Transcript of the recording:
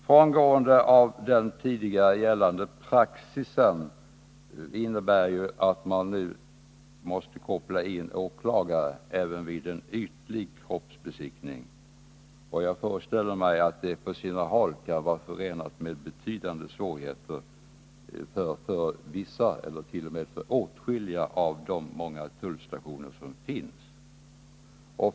Frångåendet av tidigare gällande praxis innebär ju att man nu måste koppla in åklagare även vid en ytlig kroppsbesiktning. Jag föreställer mig att det kan vara förenat med betydande svårigheter på åtskilliga av de många tullstationer som finns.